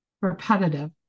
repetitive